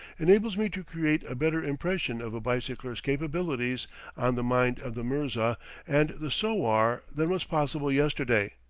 enables me to create a better impression of a bicycler's capabilities on the mind of the mirza and the sowar than was possible yesterday,